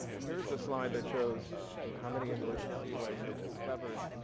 here's a slide that shows how many inverted seaways were discovered.